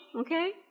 Okay